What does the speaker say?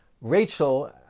Rachel